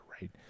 right